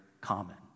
common